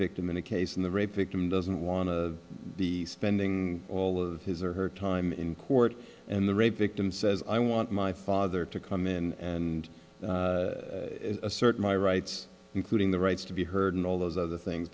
victim in a case in the rape victim doesn't want to be spending all of his or her time in court and the rape victim says i want my father to come in and assert my rights including the rights to be heard and all those other things